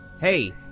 Hey